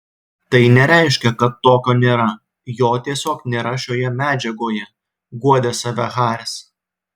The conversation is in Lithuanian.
tai nereiškia kad tokio nėra jo tiesiog nėra šioje medžiagoje guodė save haris